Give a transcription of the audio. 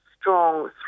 strong